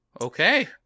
Okay